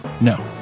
No